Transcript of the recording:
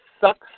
sucks